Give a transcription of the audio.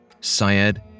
Syed